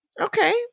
Okay